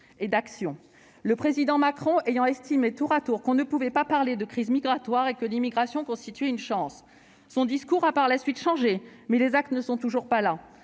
suffisamment. Le Président Macron a estimé tour à tour que l'on ne pouvait pas parler de crise migratoire et que l'immigration constituait une chance. Son discours a, par la suite, changé, mais les actes ne sont toujours pas là